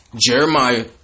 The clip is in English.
Jeremiah